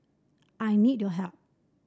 I need your help